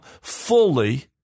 fully